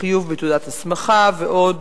חיוב בתעודת הסמכה ועוד,